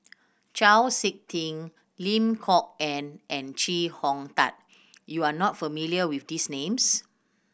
Chau Sik Ting Lim Kok Ann and Chee Hong Tat you are not familiar with these names